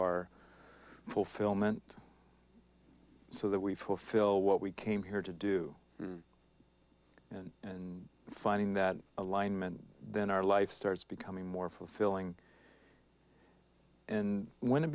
our fulfillment so that we fulfill what we came here to do and and finding that alignment then our life starts becoming more fulfilling and when it